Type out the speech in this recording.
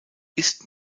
ist